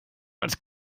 als